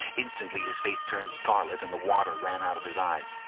instantly his face turned scarlet and the water ran out of his eyes.